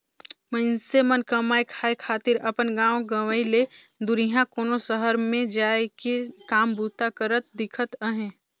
मइनसे मन कमाए खाए खातिर अपन गाँव गंवई ले दुरिहां कोनो सहर मन में जाए के काम बूता करत दिखत अहें